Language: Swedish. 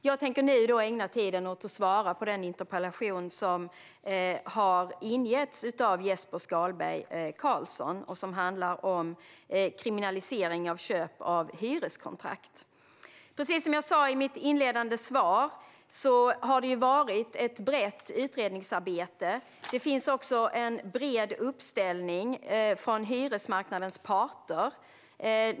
Jag tänker nu ägna tiden åt att diskutera Jesper Skalberg Karlssons interpellation och som handlar om kriminalisering av köp av hyreskontrakt. Precis som jag sa i mitt svar har det varit ett brett utredningsarbete. Det finns också en bred uppställning från hyresmarknadens parter.